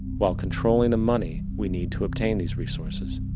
while controlling the money we need to obtain these resources.